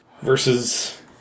Versus